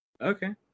Okay